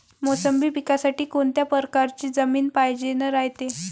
मोसंबी पिकासाठी कोनत्या परकारची जमीन पायजेन रायते?